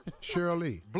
Shirley